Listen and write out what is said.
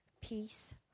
peace